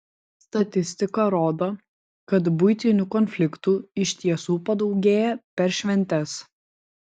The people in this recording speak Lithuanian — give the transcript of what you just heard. statistika rodo kad buitinių konfliktų iš tiesų padaugėja per šventes